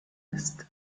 ist